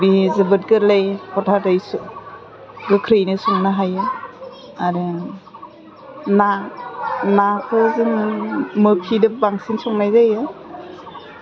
बेयो जोबोद गोरलै हथादै सह गोख्रैयैनो संनो हायो आरो ना नाखौ जोङो मोखिदो बांसिन संनाय जायो